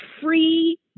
free